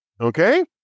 okay